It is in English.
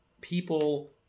people